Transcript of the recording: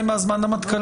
נמשיך.